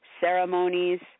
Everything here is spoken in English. ceremonies